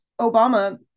Obama